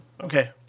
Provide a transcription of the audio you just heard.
Okay